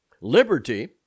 Liberty